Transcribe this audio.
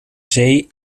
zee